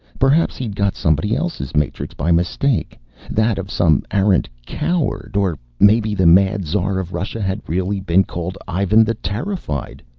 perhaps he'd got somebody else's matrix by mistake that of some arrant coward. or maybe the mad tsar of russia had really been called ivan the terrified.